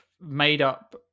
made-up